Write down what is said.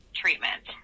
treatment